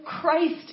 Christ